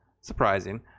Surprising